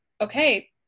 okay